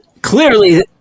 clearly